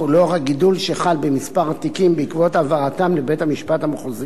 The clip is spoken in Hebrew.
ולאור הגידול שחל במספר התיקים בעקבות הבאתם לבית-המשפט המחוזי,